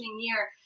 year